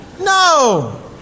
No